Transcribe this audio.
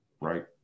right